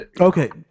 Okay